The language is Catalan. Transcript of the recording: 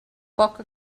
poca